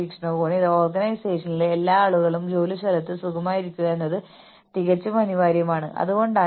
lower level ജീവനക്കാർക്കുള്ള പ്രോത്സാഹനങ്ങൾ ഞങ്ങൾ വർക്ക് ലോഡ് സ്റ്റാൻഡേർഡ് സജ്ജീകരിക്കുന്നു